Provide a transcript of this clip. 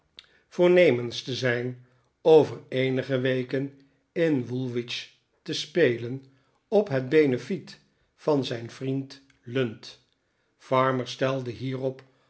hij voornemenste zijn over eenige weken in woolwich te spelen op het benefiet van zijn vriend lund parmer stelde hierop